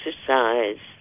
exercise